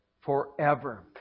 forever